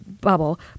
Bubble